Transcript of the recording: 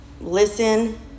listen